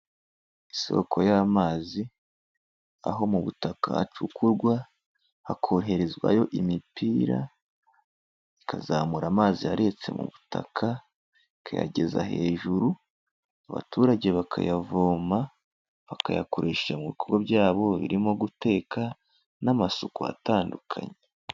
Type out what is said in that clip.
Isoko y'amazi, aho mu butaka hacukurwa, hakoherezwayo imipira, ikazamura amazi yaretse mu butaka, ikayageza hejuru, abaturage bakayavoma, bakayakoresha mu bikorwa byabo birimo guteka n'amasuku atandukanye.